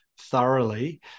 thoroughly